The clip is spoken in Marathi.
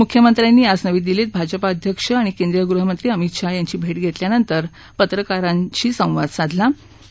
मुख्यमंत्र्यांनी आज नवी दिल्लीत भाजप अध्यक्ष केंद्रीय गृहमंत्री अमित शाह यांची भेट घेतल्यानंतर पत्रकारांशी बोलत होते